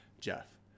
Jeff